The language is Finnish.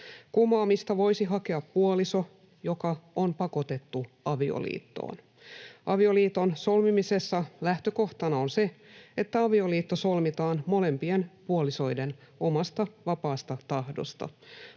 Kumoamista voisi hakea puoliso, joka on pakotettu avioliittoon. Avioliiton solmimisessa lähtökohtana on se, että avioliitto solmitaan molempien puolisoiden omasta vapaasta tahdosta.